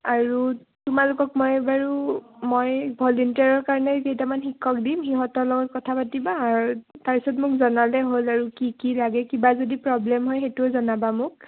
আৰু তোমালোকক মই বাৰু মই ভলিণ্টিয়াৰৰ কাৰণে কেইটামান শিক্ষক দিম সিহঁতৰ লগত কথা পাতিবা আৰু তাৰপিছত মোক জনালে হ'ল আৰু কি কি লাগে কিবা যদি প্ৰব্লেম হয় সেইটোও জনাবা মোক